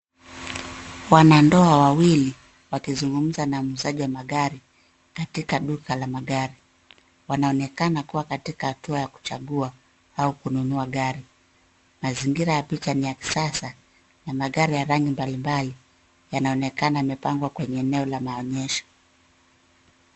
Wanandoa wawili wakizungumza na muuzaji wa magari katika duka la magari. Wanaonekana kuwa katika hatua ya kuchagua au kununua gari. Mazingira ya picha ni ya kisasa ya magari ya rangi mbalimbali yanaonekana yamepangwa kwenye eneo la maonyesho.